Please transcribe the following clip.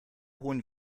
hohen